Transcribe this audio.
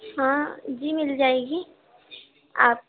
ہاں جی مل جائے گی آپ